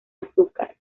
azúcar